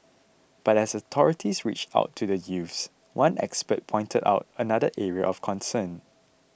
but as authorities reach out to the youths one expert pointed out another area of concern